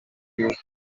news